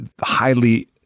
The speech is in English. highly